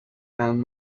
and